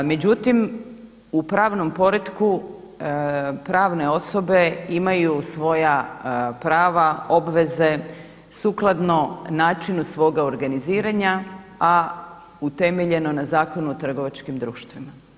Međutim, u pravnom poretku pravne osobe imaju svoja prava, obveze sukladno načinu svoga organiziranja, a utemeljeno na Zakonu o trgovačkim društvima.